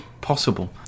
possible